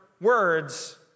words